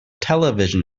television